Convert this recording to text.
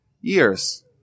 years